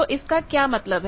तो इसका क्या मतलब है